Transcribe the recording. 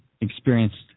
experienced